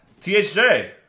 THJ